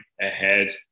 ahead